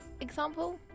Example